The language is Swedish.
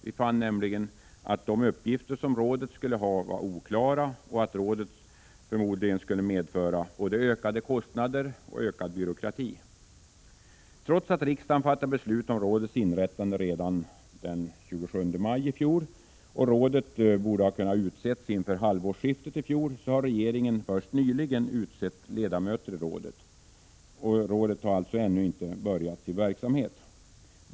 Vi fann nämligen att de uppgifter som rådet skulle ha var mycket oklara och att rådet förmodligen skulle medföra både ökade kostnader och ökad byråkrati. Trots att riksdagen fattade beslut om rådets inrättande redan den 27 maj i fjol och rådet borde ha kunnat utses inför halvårsskiftet i fjol, har regeringen först nyligen utsett ledamöter i rådet, som alltså ännu inte börjat sin verksamhet.